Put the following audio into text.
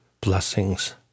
blessings